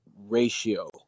ratio